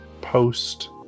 post